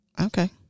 Okay